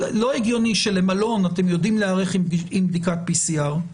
לא הגיוני שלמלון אתם יודעים להיערך עם בדיקת PCR,